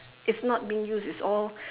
it's not being used it's all